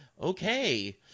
okay